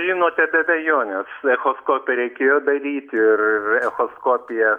žinote apie abejonės echoskopiją reikėjo daryti ir ir echoskopija